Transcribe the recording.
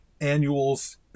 annuals